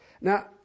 Now